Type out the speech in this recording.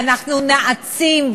ואנחנו נעצים,